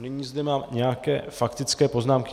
Nyní zde mám nějaké faktické poznámky.